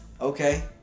Okay